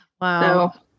Wow